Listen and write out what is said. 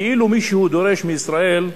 כאילו מישהו דורש מישראל,